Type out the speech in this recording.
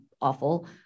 awful